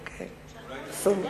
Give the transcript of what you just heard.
אולי תסכימי